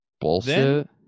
Bullshit